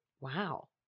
Wow